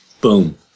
Boom